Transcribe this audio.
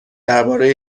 درباره